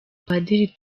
padiri